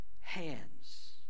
hands